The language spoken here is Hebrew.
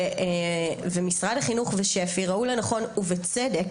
ומשרד החינוך ושפ"י ראו לנכון ובצדק